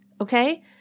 Okay